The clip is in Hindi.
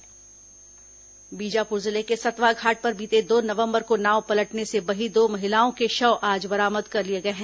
नाव हादसा बीजापुर जिले के सतवा घाट पर बीते दो नवंबर को नाव पलटने से बही दो महिलाओं के शव आज बरामद कर लिए गए हैं